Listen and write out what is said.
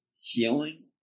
healing